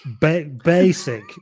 basic